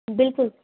बिल्कुलु